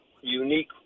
unique